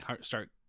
start